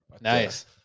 Nice